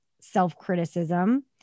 self-criticism